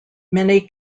many